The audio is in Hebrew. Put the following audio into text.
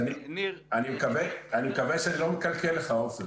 אני זוכר שהיית אצלי כשהייתי יו"ר ועדת קורונה והצגת את הדברים.